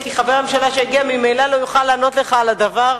כי חבר הממשלה שיגיע ממילא לא יוכל לענות על הדבר,